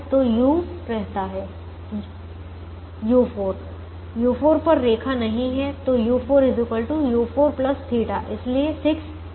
तो u रहता है u4 पर रेखा नहीं है तो u4 u4 θ इसलिए 6 7 बन जाएगा